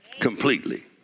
Completely